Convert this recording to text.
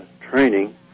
training